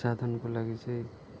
साधनको लागि चाहिँ